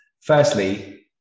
firstly